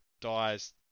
dies